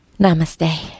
namaste